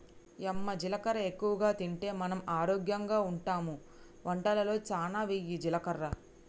యమ్మ జీలకర్ర ఎక్కువగా తింటే మనం ఆరోగ్యంగా ఉంటామె వంటలలో సానా వెయ్యి జీలకర్ర